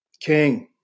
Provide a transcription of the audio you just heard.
King